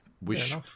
wish